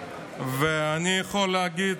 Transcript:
אני יכול להגיד,